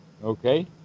Okay